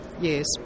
yes